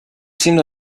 seemed